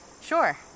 Sure